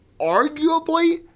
arguably